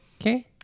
Okay